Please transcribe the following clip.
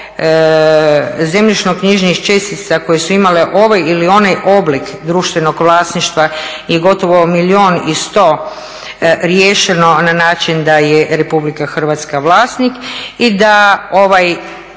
zemljišno knjižnih čestica koje su imale ovaj ili onaj oblik društvenog vlasništva je gotovo milijun i sto riješeno na način da je RH vlasnik i da ovaj,